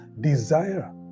desire